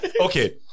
Okay